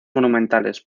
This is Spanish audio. monumentales